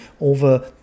over